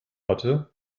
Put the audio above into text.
hatte